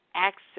Access